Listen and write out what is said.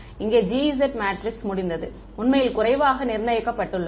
இங்கே Gs matrix முடிந்தது உண்மையில் குறைவாக நிர்ணயிக்கப்பட்டுள்ளது